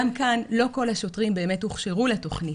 גם כאן לא כל השוטרים באמת הוכשרו לתכנית,